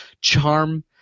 charm